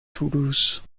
toulouse